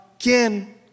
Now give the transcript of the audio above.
again